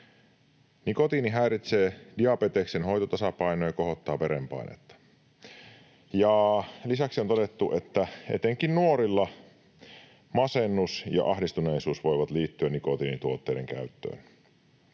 Nikotiini häiritsee diabeteksen hoitotasapainoa ja kohottaa verenpainetta. Ja lisäksi on todettu, että etenkin nuorilla masennus ja ahdistuneisuus voivat liittyä nikotiinituotteiden käyttöön.